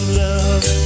love